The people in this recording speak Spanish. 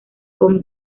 con